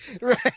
Right